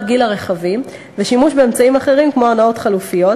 גיל הרכבים ושימוש באמצעים אחרים כמו הנעות חלופיות,